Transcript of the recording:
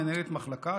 מנהלת מחלקה,